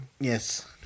yes